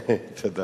בוודאי, בסדר גמור.